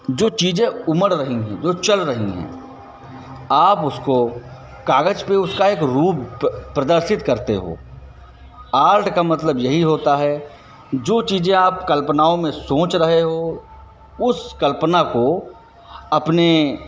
जो चीज़ें उमड़ रही हैं जो चल रही हैं आप उसको कागज पे उसका एक रूप प्रदर्शित करते हो आर्ट का मतलब यही होता है कि जो चीज़ें आप कल्पनाओं में सोच रहे हो उस कल्पना को अपने